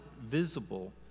visible